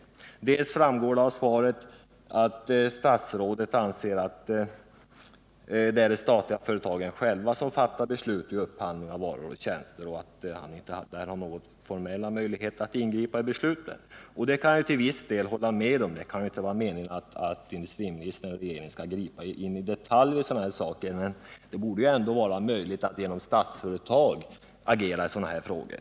Av svaret framgår också att statsrådet anser att det är de statliga företagen själva som fattar beslut om upphandling av varor och tjänster och att han inte har några formella möjligheter att ingripa i besluten. Det kan jag till viss del hålla med om; det är inte meningen att industriministern och regeringen skall ingripa i detalj i sådana här saker. Men det borde ändå vara möjligt att genom Statsföretag agera i sådana här frågor.